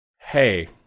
Hey